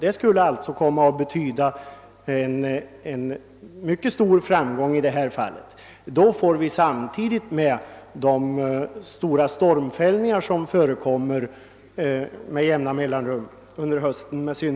Det skulle innebära en stor framgång i detta fall, och samtidigt skulle behovet av ökad avsättning vid de stormfällningar som regelbundet förekommer under höstarna tillgodoses.